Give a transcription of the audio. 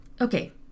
Okay